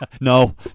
No